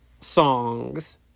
songs